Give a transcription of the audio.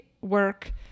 work